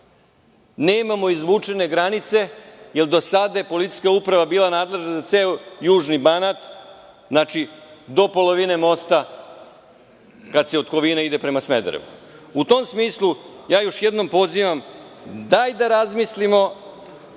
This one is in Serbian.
nemamo izvučene granice, jer do sada je policijska uprava bila nadležna za ceo južni Banat. Znači, do polovine mosta kada se od Kovina ide ka Smederevu.U tom smislu, još jednom pozivam, da razmislimo